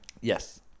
Yes